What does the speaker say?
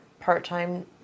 part-time